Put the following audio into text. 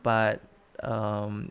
but um